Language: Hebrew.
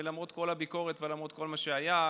ולמרות כל הביקורת ולמרות כל מה שהיה,